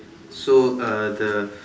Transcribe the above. so uh the